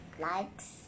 likes